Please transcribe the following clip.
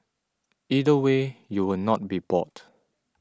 either way you will not be bored